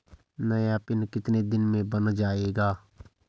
नया पिन कितने दिन में बन जायेगा?